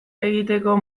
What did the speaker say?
egiteko